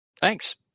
thanks